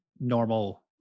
normal